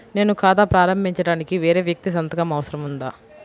నేను ఖాతా ప్రారంభించటానికి వేరే వ్యక్తి సంతకం అవసరం ఉందా?